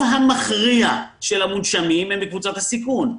המכריע של המונשמים הוא מקבוצת הסיכון.